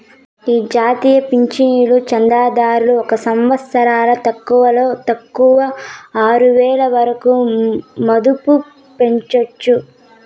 ఈ జాతీయ పింఛను చందాదారులు ఒక సంవత్సరంల తక్కువలో తక్కువ ఆరువేల వరకు మదుపు పెట్టొచ్చు